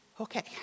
Okay